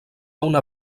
una